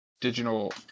digital